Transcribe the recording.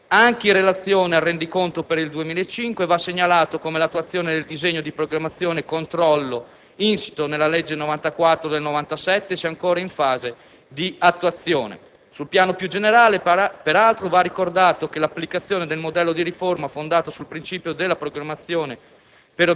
Anche in relazione al rendiconto per il 2005 va segnalato come l'attuazione del disegno di programmazione e controllo insito nella legge n. 94 del 1997 sia ancora in fase di attuazione. Sul piano più generale, peraltro, va ricordato che l'applicazione del modello di riforma fondato sul principio della programmazione